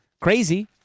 crazy